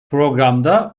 programda